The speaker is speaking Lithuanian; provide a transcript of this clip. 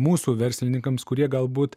mūsų verslininkams kurie galbūt